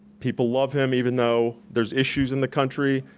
people love him even though there's issues in the country.